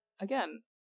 Again